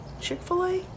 Chick-fil-A